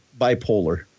bipolar